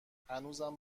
هنوزم